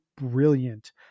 brilliant